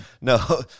No